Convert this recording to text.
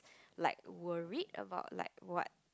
like worried about like what